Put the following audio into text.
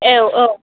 औ औ